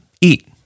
eat